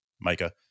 Micah